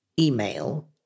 email